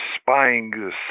spying